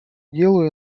делу